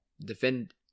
defend